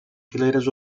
fileres